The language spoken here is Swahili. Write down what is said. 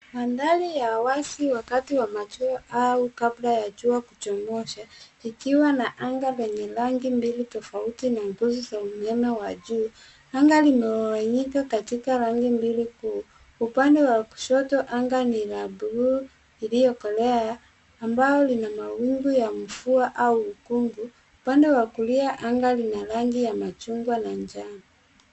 Mandhari ya wazi wakati wa machweo au kabla ya jua kuchomoza likiwa na anga lenye rangi mbili tofauti na nguvu za umeme wa juu. Anga limegawanyika katika rangi mbili kuu; upande wa kushoto anga ni la buluu iliyokolea ambalo lina mawingi ya mvua au mkungu, upande wa kulia anga lina rangi ya machungwa na njano.